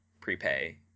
prepay